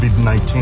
COVID-19